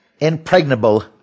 impregnable